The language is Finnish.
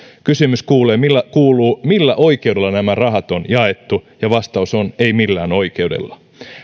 kysymys kuuluu millä oikeudella nämä rahat on jaettu ja vastaus on ei millään oikeudella